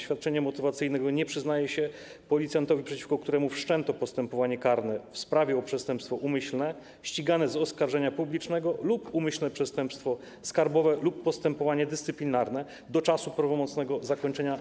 Świadczenia motywacyjnego nie przyznaje się policjantowi, przeciwko któremu wszczęto postępowanie karne w sprawie o przestępstwo umyślne ścigane z oskarżenia publicznego lub umyślne przestępstwo skarbowe lub postępowanie dyscyplinarne do czasu prawomocnego zakończenia